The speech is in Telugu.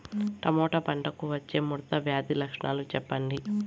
టమోటా పంటకు వచ్చే ముడత వ్యాధి లక్షణాలు చెప్పండి?